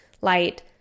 light